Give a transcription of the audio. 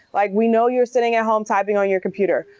like we know you're sitting at home typing on your computer,